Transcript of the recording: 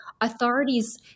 authorities